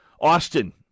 Austin